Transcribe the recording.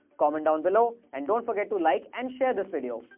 comment down below and don't forget to like and share this video.